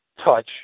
touch